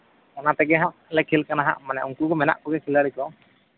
ᱚᱱᱟ ᱛᱮᱜᱮᱦᱟᱸᱜ ᱞᱮ ᱠᱷᱮᱞ ᱠᱟᱱᱟ ᱦᱟᱸᱜ ᱢᱟᱱᱮ ᱩᱱᱠᱩᱠᱚ ᱢᱮᱱᱟᱜ ᱠᱚᱜᱮᱭᱟ ᱠᱷᱤᱞᱟᱲᱤᱠᱚ